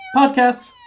podcasts